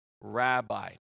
rabbi